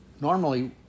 normally